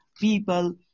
people